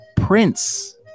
Prince